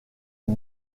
aux